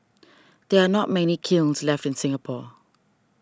there are not many kilns left in Singapore